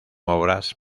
obras